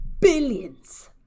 billions